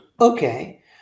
Okay